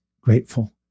grateful